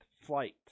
flight